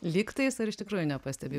lyg tais ar iš tikrųjų nepastebi